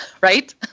right